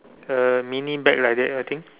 uh mini bag like that I think